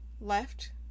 left